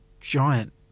giant